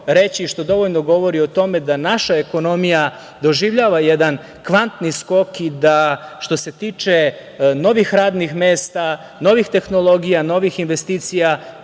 što dovoljno govori o tome da naša ekonomija doživljava jedan kvantni skok i da, što se tiče novih radnih mesta, novih tehnologija, novih investicija,